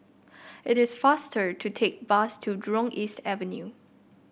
it is faster to take bus to Jurong East Avenue